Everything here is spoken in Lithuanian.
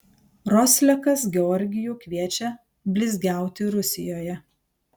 roslekas georgijų kviečia blizgiauti rusijoje